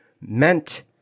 meant